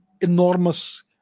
enormous